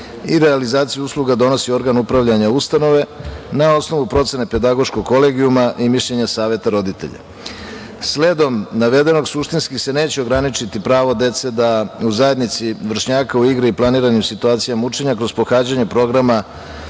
i realizaciji usluga donosi organ upravljanja ustanove, na osnovu procene pedagoškog kolegijuma i mišljenja saveta roditelja. Sledom navedenog, suštinski se neće ograničiti pravo dece da u zajednici vršnjaka u igri i planiranim situacijama učenja kroz pohađanje programa